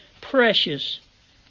precious